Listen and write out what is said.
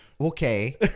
okay